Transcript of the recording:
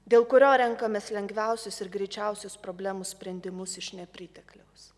dėl kurio renkamės lengviausius ir greičiausius problemų sprendimus iš nepritekliaus